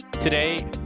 Today